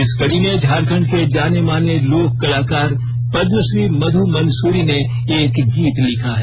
इस कड़ी में झारखंड के जाने माने लोक कलाकार पद्मश्री मधु मंसूरी ने एक गीत लिखा है